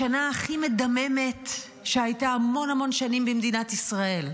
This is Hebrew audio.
בשנה הכי מדממת שהייתה המון המון שנים במדינת ישראל,